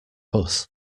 bus